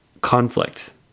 conflict